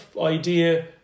idea